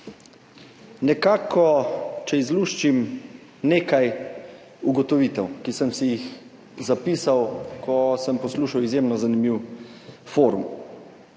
reformi. Če izluščim nekaj ugotovitev, ki sem si jih zapisal, ko sem poslušal izjemno zanimiv forum.